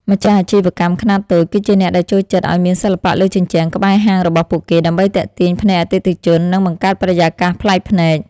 ម្ចាស់អាជីវកម្មខ្នាតតូច គឺជាអ្នកដែលចូលចិត្តឱ្យមានសិល្បៈលើជញ្ជាំងក្បែរហាងរបស់ពួកគេ ដើម្បីទាក់ទាញភ្នែកអតិថិជន និងបង្កើតបរិយាកាសប្លែកភ្នែក។